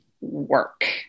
work